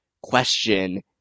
question